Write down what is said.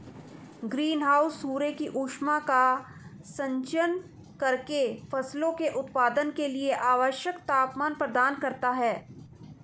green house सूर्य की ऊष्मा का संचयन करके फसलों के उत्पादन के लिए आवश्यक तापमान प्रदान करता है